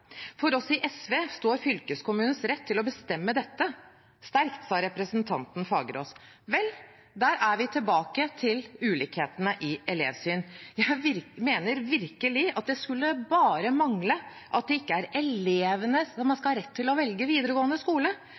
For oss i SV står fylkeskommunens rett til å bestemme dette sterkt, sa representanten Fagerås. Der er vi tilbake til ulikhetene i elevsyn. Jeg mener virkelig at det skulle bare mangle at det ikke er elevene som skal ha rett til å velge videregående skole.